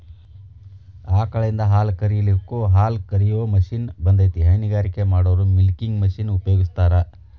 ಆಕಳಿಂದ ಹಾಲ್ ಕರಿಲಿಕ್ಕೂ ಹಾಲ್ಕ ರಿಯೋ ಮಷೇನ್ ಬಂದೇತಿ ಹೈನಗಾರಿಕೆ ಮಾಡೋರು ಮಿಲ್ಕಿಂಗ್ ಮಷೇನ್ ಉಪಯೋಗಸ್ತಾರ